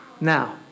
Now